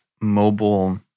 mobile